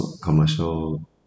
commercial